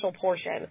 portion